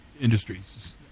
industries